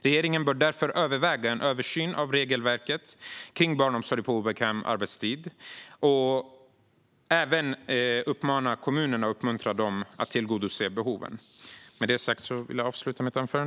Regeringen bör därför överväga en översyn av regelverket kring barnomsorg på obekväm arbetstid och uppmana kommunerna att tillgodose behoven.